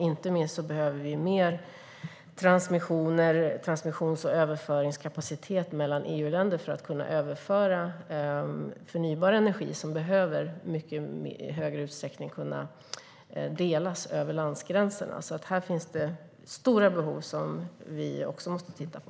Inte minst behöver vi mer transmissions och överföringskapacitet mellan EU-länder för att kunna överföra förnybar energi, som i mycket större utsträckning behöver kunna delas över landsgränserna. Här finns det stora behov som vi måste titta på.